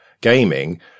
gaming